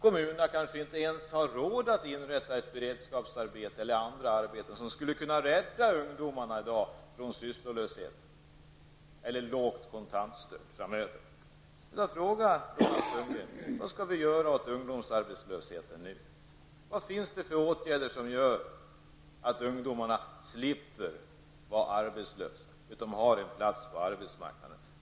De kanske inte ens har råd att inrätta beredskapsarbeten eller andra arbeten som i dag skulle kunna rädda ungdomarna från sysslolöshet eller från att framöver behöva leva på ett lågt kontantstöd. Vad skall vi, Roland Sundgren, nu göra åt ungdomsarbetslösheten? Vad finns det för åtgärder att vidta som gör att ungdomarna slipper vara arbetslösa, som gör att de har en plats på arbetsmarknaden?